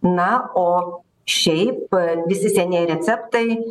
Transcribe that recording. na o šiaip visi senieji receptai